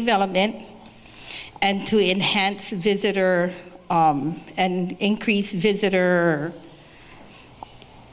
development and to enhance visitor and increase visitor